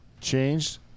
changed